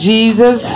Jesus